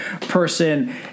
person